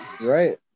Right